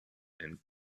and